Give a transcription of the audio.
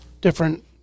different